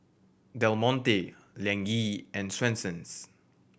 Del Monte Liang Yi and Swensens